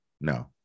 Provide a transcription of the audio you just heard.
No